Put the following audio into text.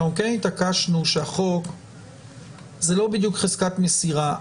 התעקשנו שהחוק זה לא בדיוק חזקת מסירה,